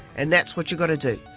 and that's what you got to do,